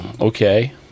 Okay